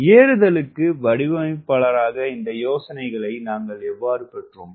ஏறுதலுக்கு வடிவமைப்பாளராக இந்த யோசனைகளை நாங்கள் எவ்வாறு பெற்றோம்